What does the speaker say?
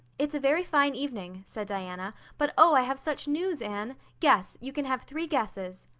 it's a very fine evening, said diana, but oh, i have such news, anne. guess. you can have three guesses.